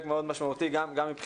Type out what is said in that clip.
מה שזה חלק מאוד משמעותי גם מבחינתנו.